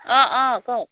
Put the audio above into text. অঁ অঁ কওক